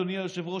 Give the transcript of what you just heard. אדוני היושב-ראש,